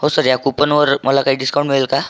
हो सर या कूपनवर मला काही डिस्काउंट मिळेल का